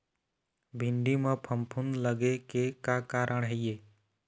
भिंडी म फफूंद लगे के का कारण ये?